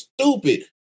stupid